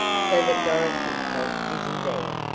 so that dorothy felt dizzy there,